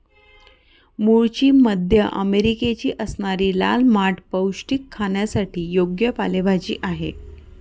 मूळची मध्य अमेरिकेची असणारी लाल माठ पौष्टिक, खाण्यासाठी योग्य पालेभाजी आहे